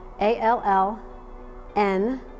A-L-L-N